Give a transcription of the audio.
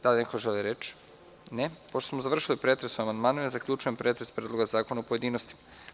Da li neko želi reč? (Ne.) Pošto smo završili pretres o amandmanima, zaključujem pretres Predloga zakona u pojedinostima.